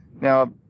Now